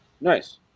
Nice